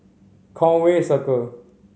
Conway Circle